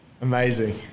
Amazing